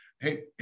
Hey